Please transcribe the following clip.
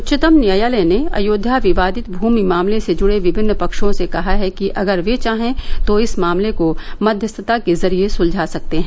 उच्चतम न्यायालय ने अयोध्या विवादित भूमि मामले से जुड़े विभिन्न पक्षों से कहा है कि अगर वे चाहें तो इस मामले को मध्यस्थता के जरिए सुलझा सकते हैं